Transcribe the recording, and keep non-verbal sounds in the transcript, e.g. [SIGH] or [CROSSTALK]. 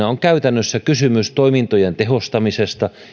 [UNINTELLIGIBLE] on käytännössä kysymys toimintojen tehostamisesta